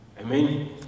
Amen